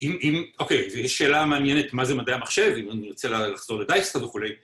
אם, אוקיי, ויש שאלה מעניינת, מה זה מדעי המחשב, אם אני רוצה לחזור לדייקסטרה וכולי.